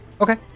Okay